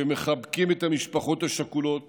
שמחבקים את המשפחות השכולות